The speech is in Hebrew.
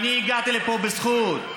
אני הגעתי לפה בזכות,